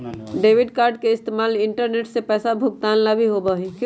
debit card के इस्तेमाल internet से पैसा भुगतान ला भी होबा हई